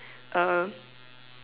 uh